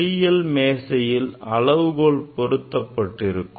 ஒளியியல் மேசையில் அளவுகோல் பொருத்தப்பட்டிருக்கும்